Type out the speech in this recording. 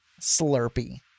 Slurpee